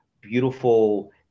beautiful